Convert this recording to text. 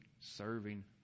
serving